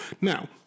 Now